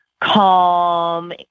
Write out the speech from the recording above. calm